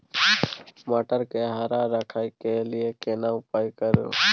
मटर के हरा रखय के लिए केना उपाय करू?